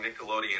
Nickelodeon